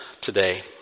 today